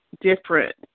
different